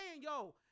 yo